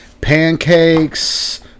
pancakes